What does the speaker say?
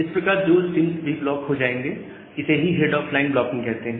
इस प्रकार वो स्ट्रीम्स भी ब्लॉक हो जाएंगे इसे ही हेड ऑफ लाइन ब्लॉकिंग कहते हैं